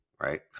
Right